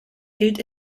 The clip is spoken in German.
gilt